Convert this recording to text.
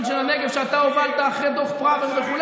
של הנגב שאתה הובלת אחרי דוח פראוור וכו',